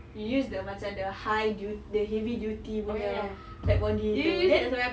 you use the macam the high du~ the heavy duty punya Kat Von D dulu then